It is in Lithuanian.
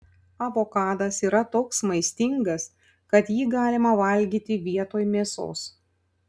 avokadas yra toks maistingas kad jį galima valgyti vietoj mėsos